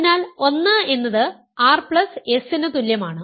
അതിനാൽ 1 എന്നത് rs ന് തുല്യമാണ്